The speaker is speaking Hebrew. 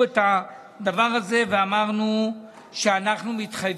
אינו נוכח,